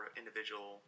individual